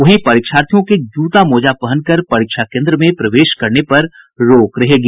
वहीं परीक्षार्थियों के जूता मोजा पहनकर परीक्षा केन्द्र में प्रवेश करने पर रोक रहेगी